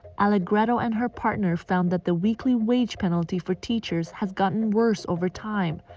allegretto and her partner found that the weekly wage penalty for teachers has gotten worse over time.